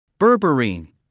Berberine